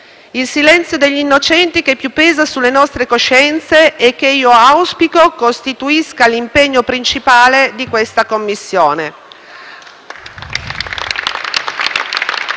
Il silenzio degli innocenti è ciò che più pesa sulle nostre coscienze e che io auspico costituisca l'impegno principale di questa Commissione.